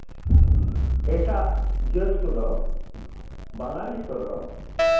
ᱮᱴᱟᱜ ᱡᱟᱹᱛ ᱠᱚᱫᱚ ᱵᱟᱝᱟᱞᱚ ᱠᱚᱫᱚ